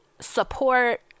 support